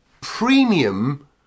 premium